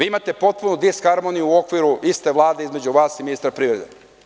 Imate potpunu disharmoniju u okviru iste Vlade između vas i ministra privrede.